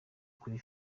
kuri